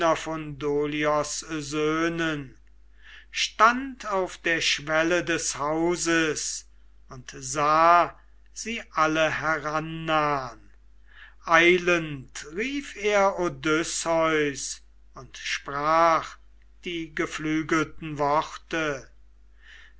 stand auf der schwelle des hauses und sahe sie alle herannahn eilend rief er odysseus und sprach die geflügelten worte